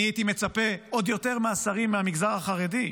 אני הייתי מצפה עוד יותר מהשרים מהמגזר החרדי,